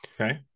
Okay